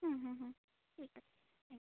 হুম হুম হুম ঠিক আছে হ্যাঁ